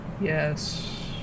yes